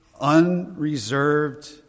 unreserved